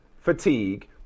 fatigue